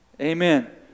Amen